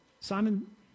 Simon